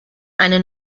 eine